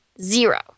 zero